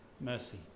mercy